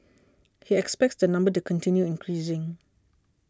he expects the number to continue increasing